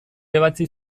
ebatzi